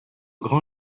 grand